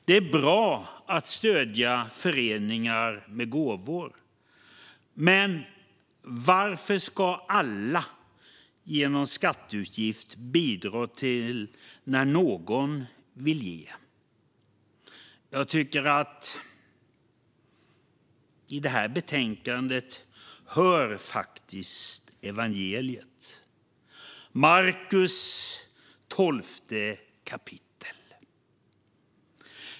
Det är bra att stödja föreningar med gåvor. Men varför ska alla bidra genom skatteutgift när någon vill ge? Jag tycker faktiskt att det här betänkandet hör ihop med kap. 12 i Markusevangeliet.